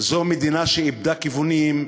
זו מדינה שאיבדה כיוונים,